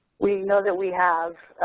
we know that we have